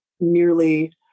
merely